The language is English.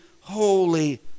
holy